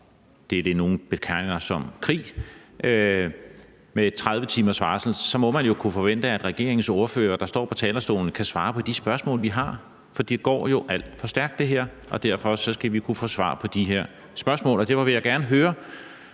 det er det, nogle betegner som krig – med 30 timers varsel, må man jo kunne forvente, at et regeringspartis ordfører, som står på talerstolen i dag, kan svare på de spørgsmål, vi har. For det her går jo alt for stærkt, og derfor skal vi kunne få svar på de her spørgsmål. Derfor vil jeg gerne høre